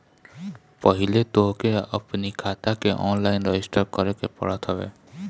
पहिले तोहके अपनी खाता के ऑनलाइन रजिस्टर करे के पड़त हवे